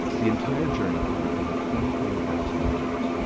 the entire journey covered over twenty four thousand miles,